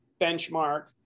benchmark